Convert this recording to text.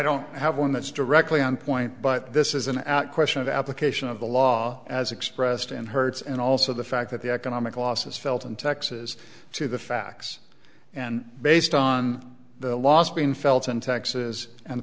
don't have one that's directly on point but this is an out question of the application of the law as expressed in hertz and also the fact that the economic loss is felt in texas to the facts and based on the last being felt on taxes and